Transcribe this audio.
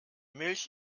milch